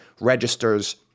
registers